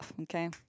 Okay